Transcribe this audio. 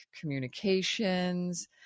communications